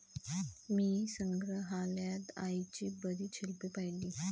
मी संग्रहालयात आईची बरीच शिल्पे पाहिली